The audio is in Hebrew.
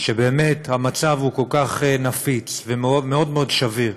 שבאמת המצב כל כך נפיץ ומאוד מאוד שביר,